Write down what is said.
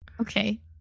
Okay